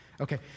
Okay